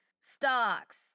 stocks